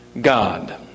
God